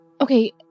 Okay